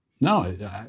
No